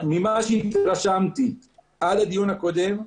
ממה שהתרשמתי על הדיון הקודם,